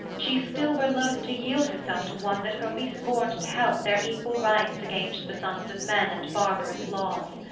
she still were loth to yield herself to one that wholly scorned to help their equal rights against the sons of men, and barbarous laws.